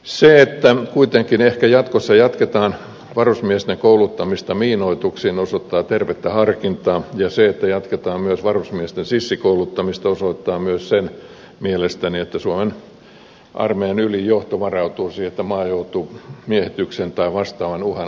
se että kuitenkin ehkä jatkossa jatketaan varusmiesten kouluttamista miinoituksiin osoittaa tervettä harkintaa ja se että jatketaan myös varusmiesten sissikouluttamista osoittaa myös sen mielestäni että suomen armeijan ylin johto varautuu siihen että maa joutuu miehityksen tai vastaavan uhan alaiseksi